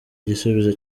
igisubizo